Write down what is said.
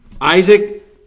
Isaac